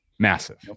Massive